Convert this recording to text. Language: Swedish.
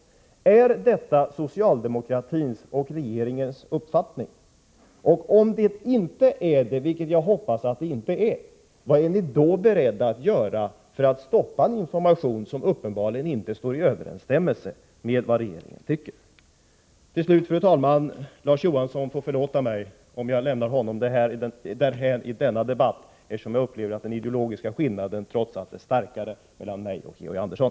Är detta socialdemokratins och regeringens uppfattning? Om det inte är det, vilket jag hoppas att det inte är, vad är ni då beredda att göra för att stoppa en information som uppenbarligen inte står i överensstämmelse med vad regeringen tycker? Till slut, fru talman! Larz Johansson får förlåta mig om jag lämnar honom därhän i denna debatt. Jag upplever det så, att den ideologiska skillnaden trots allt är större mellan mig och Georg Andersson.